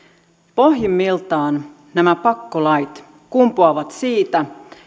pohjimmiltaan nämä pakkolait kumpuavat siitä